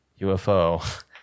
UFO